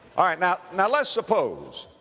all right, now, now let's suppose,